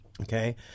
Okay